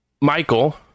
Michael